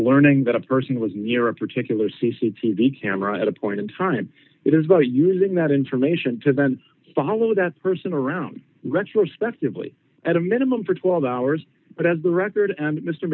learning that a person was near a particular c c t v camera at a point in time it is about using that information to then follow that person around retrospectively at a minimum for twelve hours but as the record and mr